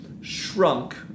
shrunk